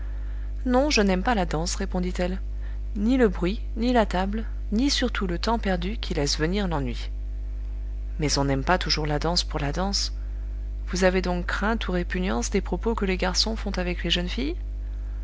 non je n'aime pas la danse répondit-elle ni le bruit ni la table ni surtout le temps perdu qui laisse venir l'ennui mais on n'aime pas toujours la danse pour la danse vous avez donc crainte ou répugnance des propos que les garçons font avec les jeunes filles